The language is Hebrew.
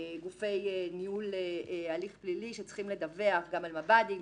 ניהול הליך פלילי שצריכים לדווח גם על מב"דים,